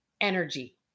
energy